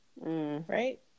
Right